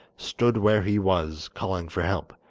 stood where he was, calling for help,